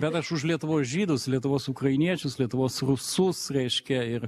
bet aš už lietuvos žydus lietuvos ukrainiečius lietuvos rusus reiškia ir